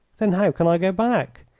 then how can i go back?